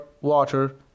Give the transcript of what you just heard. water